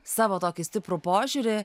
savo tokį stiprų požiūrį